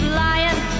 lying